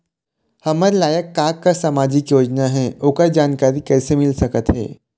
हमर लायक का का सामाजिक योजना हे, ओकर जानकारी कइसे मील सकत हे?